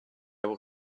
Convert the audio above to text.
will